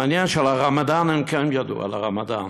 מעניין שעל הרמדאן הם כן ידעו, על הרמדאן.